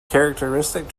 characteristic